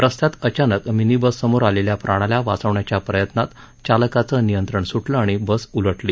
रस्त्यात अचानक मिनी बससमोर आलेल्या प्राण्याला वाचवण्याच्या प्रयत्नात चालकाचं नियंत्रण सुटलं आणि बस उलटली